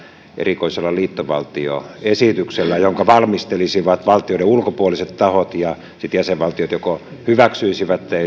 erikoisella liittovaltioesityksellä jonka valmistelisivat valtioiden ulkopuoliset tahot ja jonka sitten jäsenvaltiot joko hyväksyisivät